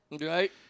Right